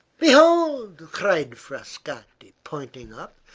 behold! cried frascatti, pointing up,